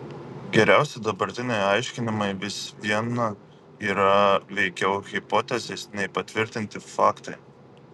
geriausi dabartiniai aiškinimai vis viena yra veikiau hipotezės nei patvirtinti faktai